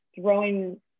throwing